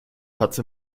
hatte